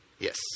Yes